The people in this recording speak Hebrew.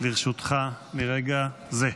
לרשותך מרגע זה.